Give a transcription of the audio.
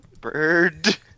Bird